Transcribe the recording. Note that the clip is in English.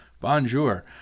Bonjour